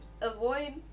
avoid